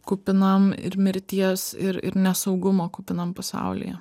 kupinam ir mirties ir ir nesaugumo kupinam pasaulyje